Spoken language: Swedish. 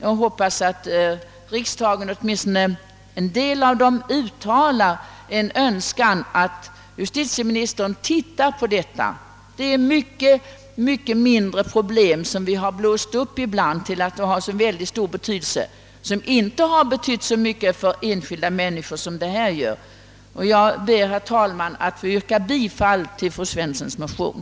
Jag hoppas att riksdagen — åtminstone en del av riksdagsledamöterna — skall uttala en önskan att justitieministern granskar dessa bestämmelser. Vi har ibland blåst upp mycket mindre problem till att ha mycket stor betydelse, trots att de inte har betytt så mycket för enskilda människor som denna fråga. Jag ber, herr talman, att få yrka bifall till fru Svenssons motion.